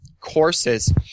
courses